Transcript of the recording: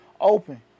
open